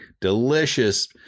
delicious